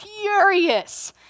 furious